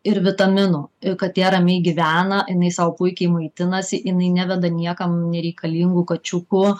ir vitaminų ir katė ramiai gyvena jinai sau puikiai maitinasi jinai neveda niekam nereikalingų kačiukų